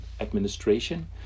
administration